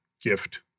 gift